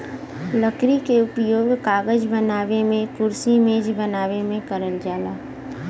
लकड़ी क उपयोग कागज बनावे मेंकुरसी मेज बनावे में करल जाला